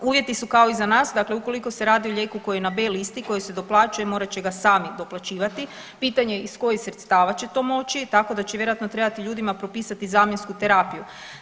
Uvjeti su kao i za nas, dakle ukoliko se radi o lijeku koji je na B listi koji se doplaćuje morat će ga sami doplaćivati, pitanje je iz kojih sredstava će to moći, tako da će vjerojatno trebati ljudima propisati zamjensku terapiju.